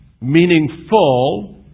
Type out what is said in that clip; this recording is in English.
meaningful